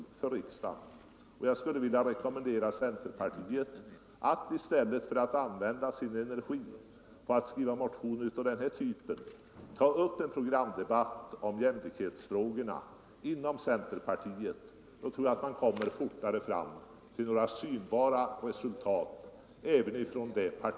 Jag vill rekommendera centerpartiet att man också där tar upp en programdebatt om jämlikhetsfrågorna, i stället för att använda sin energi till att skriva motioner av den här typen. Om man gör det, så tror jag att man även i centerpartiet kommer fortare fram till synbara resultat.